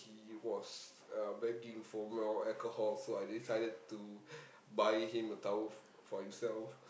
he was uh begging for more alcohol so I decided to buy him a tower f~ for himself